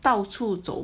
到处走